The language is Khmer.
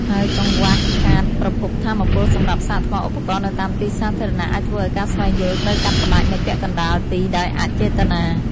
ហើយកង្វះខាតប្រភពថាមពលសម្រាប់សាកថ្មឧបករណ៍នៅតាមទីសាធារណៈ អាចធ្វើឱ្យការស្វែងយល់ត្រូវកាត់ផ្ដាច់នៅពាក់កណ្ដាលទីដោយអចេតនា។